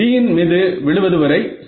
B இன் மீது விழுவது வரை சரி